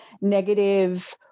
negative